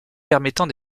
permettant